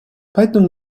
поэтому